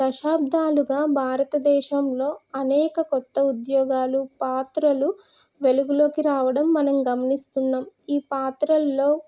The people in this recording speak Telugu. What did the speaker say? దశాబ్దాలుగా భారతదేశంలో అనేక కొత్త ఉద్యోగాలు పాత్రలు వెలుగులోకి రావడం మనం గమనిస్తున్నాం ఈ పాత్రలలో